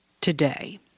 today